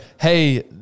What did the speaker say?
hey